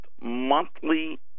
monthly